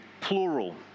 plural